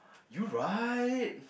you right